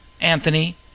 Anthony